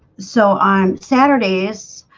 so on saturdays